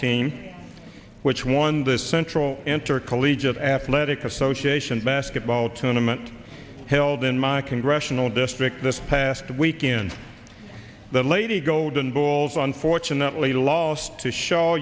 team which won the central intercollegiate athletic association basketball tournament held in my congressional district this past weekend the lady golden balls unfortunately lost to show